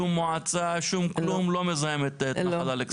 שום מועצה לא מזהם את נחל אלכסנדר?